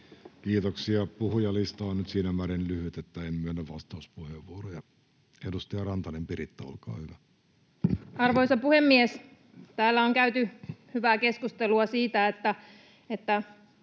Kiitoksia. — Puhujalista on nyt siinä määrin lyhyt, että en myönnä vastauspuheenvuoroja. — Edustaja Rantanen, Piritta, olkaa hyvä. Arvoisa puhemies! Täällä on käyty hyvää keskustelua siitä,